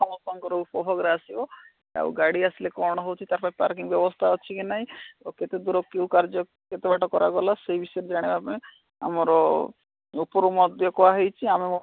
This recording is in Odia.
ସମସ୍ତଙ୍କର ଉପଭୋଗରେ ଆସିବ ଆଉ ଗାଡ଼ି ଆସିଲେ କ'ଣ ହେଉଛି ତା' ପାଇଁ ପାର୍କିଂ ବ୍ୟବସ୍ଥା ଅଛି କି ନାହିଁ ଓ କେତେ ଦୂର କେଉଁ କାର୍ଯ୍ୟ କେତେ ବାଟ କରାଗଲା ସେ ବିଷୟରେ ଜାଣିବା ପାଇଁ ଆମର ଉପରୁ ମଧ୍ୟ କୁହା ହେଇଛି ଆମେ